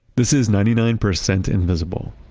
this is ninety nine percent invisible.